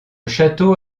château